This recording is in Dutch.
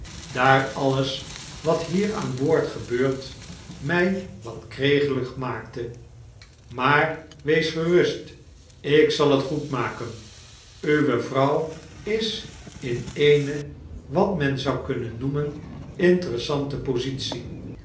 daar alles wat hier aan boord gebeurt mij wat kregelig maakte maar wees gerust ik zal het goedmaken uwe vrouw is in eene wat men zou kunnen noemen interessante positie